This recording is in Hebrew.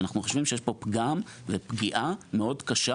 אנחנו חושבים שיש פה פגם ופגיעה מאוד קשה